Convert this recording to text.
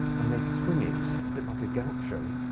and they swing it, a bit like a gaucho.